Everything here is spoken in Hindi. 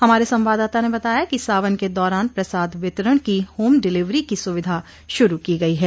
हमारे संवाददाता ने बताया कि सावन के दौरान प्रसाद वितरण की होम डिलिवरी की सुविधा शुरू की गई है